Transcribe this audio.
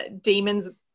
demons